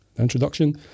introduction